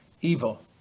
evil